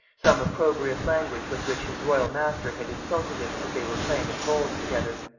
some opprobrious language with which his royal master had insulted him as they were playing at bowls together